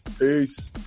Peace